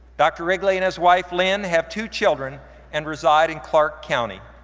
dr. wrigley and his wife, lynn, have two children and reside in clark county.